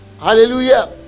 Hallelujah